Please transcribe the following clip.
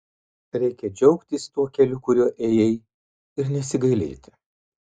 reikia džiaugtis tuo keliu kuriuo ėjai ir nesigailėti